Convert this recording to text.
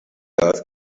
earth